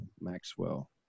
Maxwell